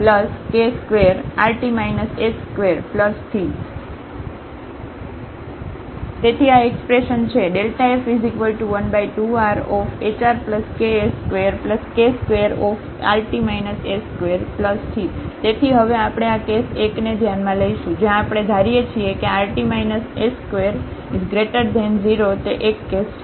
તેથી આ એક્સપ્રેશન છે f12rhrks2k2 તેથી હવે આપણે આ કેસ 1 ને ધ્યાનમાં લઈશું જ્યાં આપણે ધારીએ છીએ કે આ rt s20 તે 1 કેસ છે